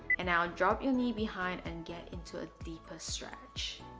and now drop your knee behind and get into a deeper stretch